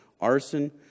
arson